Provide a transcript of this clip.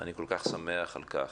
אני כל כך שמח על כך.